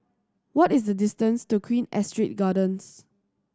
what is the distance to Queen Astrid Gardens